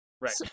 Right